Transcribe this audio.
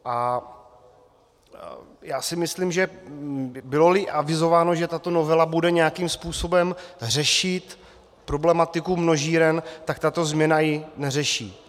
A já si myslím, že byloli avizováno, že tato novela bude nějakým způsobem řešit problematiku množíren, tak tato změna ji neřeší.